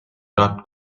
that